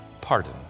pardon